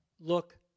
Look